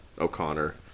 O'Connor